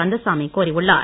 கந்தசாமி கோரியுள்ளார்